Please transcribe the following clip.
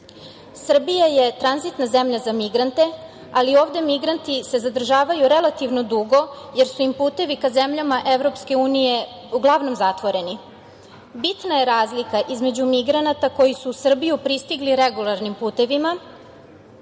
Srbija je tranzitna zemlja za migrante, ali ove se migranti zadržavaju relativno dugo jer su im putevi za zemljama EU uglavnom zatvoreni. Bitna je razlika između migranata koji su u Srbiju stigli regularnim putevima,